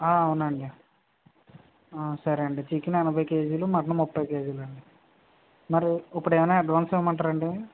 అవునండి సరే అండి చికెను ఎనభై కేజీలు మటను ముప్పై కేజీలండి మరి ఇప్పుడేమన్నా అడ్వాన్స్ ఇవ్వమంటారండి